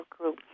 group